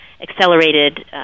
accelerated